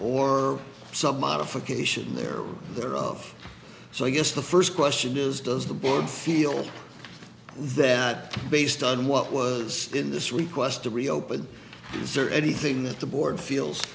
or some modification there are of so i guess the first question is does the board feel that based on what was in this request to reopen is there anything that the board feels